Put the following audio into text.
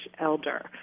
elder